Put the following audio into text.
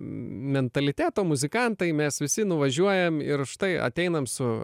mentaliteto muzikantai mes visi nuvažiuojam ir štai ateinam su